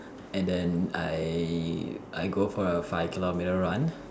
and then I I go for a five kilometer run